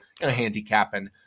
handicapping